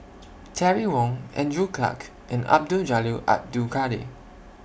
Terry Wong Andrew Clarke and Abdul Jalil Abdul Kadir